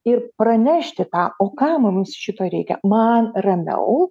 ir pranešti tą o kam mums šito reikia man ramiau